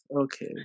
Okay